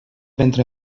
ventre